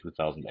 2008